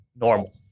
normal